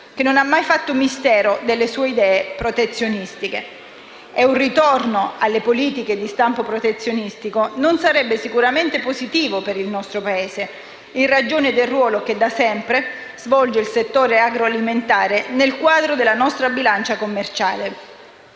che non ha mai fatto mistero delle sue idee protezionistiche. Un ritorno a politiche di stampo protezionistico non sarebbe sicuramente positivo per il nostro Paese, in ragione del ruolo che da sempre svolge il settore agroalimentare nel quadro della nostra bilancia commerciale.